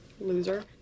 Loser